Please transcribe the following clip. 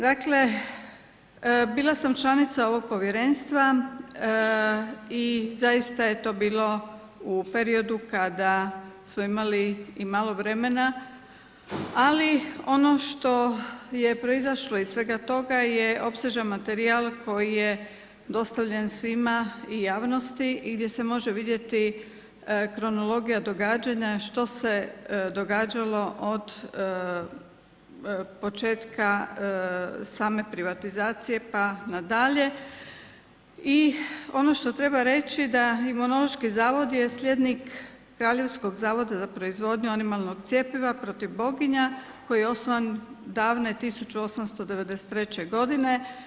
Dakle, bila sam članica ovog povjerenstva i zaista je to bilo u periodu kada smo imali i malo vremena ali ono što je proizašlo iz svega toga je opsežan materijal koji je dostavljen svima i javnosti i gdje se može vidjeti kronologija događanja što se događalo od početka same privatizacije pa nadalje i ono što treba reći da Imunološki zavod je slijednik Kraljevskog zavoda za proizvodnju animalnog cjepiva protiv boginja koji je osnovan davne 18893. godine.